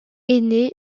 aîné